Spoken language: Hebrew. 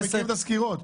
אנחנו מכירים את הסקירות,